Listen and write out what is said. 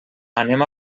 anem